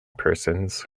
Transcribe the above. persons